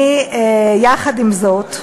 עם זאת,